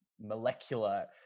molecular